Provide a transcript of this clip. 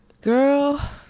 Girl